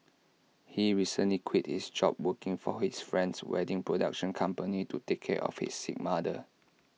he recently quit his job working for his friend's wedding production company to take care of his sick mother